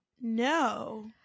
No